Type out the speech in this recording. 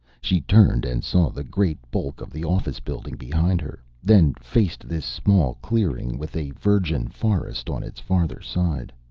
she turned and saw the great bulk of the office building behind her, then faced this small clearing with a virgin forest on its farther side.